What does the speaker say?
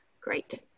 great